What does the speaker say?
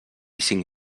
cinc